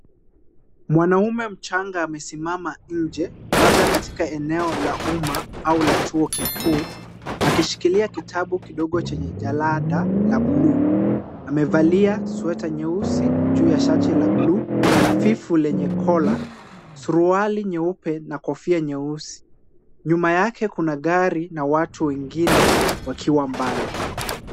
Mwanaume mchanga amesimama nje labda katika eneo la umma au la chuo kikuu akishikilia kitabu kidogo chenye jalada la buluu. Amevalia sweta nyeusi juu ya shati la buluu hafifu lenye kola, suruali nyeupe na kofia nyeusi. Nyuma yake kuna gari na watu wengine wakiwa mbali.